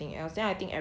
mm mm